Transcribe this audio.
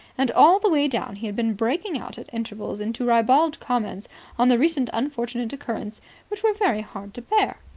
and all the way down he had been breaking out at intervals into ribald comments on the recent unfortunate occurrence which were very hard to bear.